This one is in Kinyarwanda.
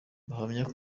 bahamya